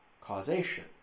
causation